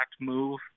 move